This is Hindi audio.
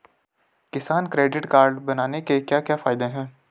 किसान क्रेडिट कार्ड बनाने के क्या क्या फायदे हैं?